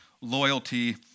loyalty